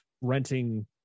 renting